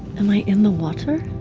am i in the water?